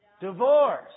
Divorce